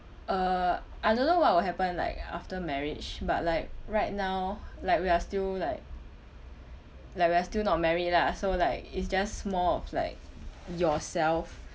uh I don't know what will happen like after marriage but like right now like we are still like like we are still not married lah so like it's just more of like yourself